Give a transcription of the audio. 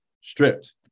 stripped